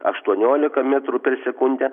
aštuoniolika metrų per sekundę